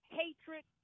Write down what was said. hatred